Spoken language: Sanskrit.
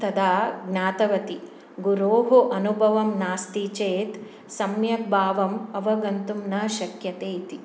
तदा ज्ञातवती गुरोः अनुभवं नास्ति चेत् सम्यक् भावम् अवगन्तुं न शक्यते इति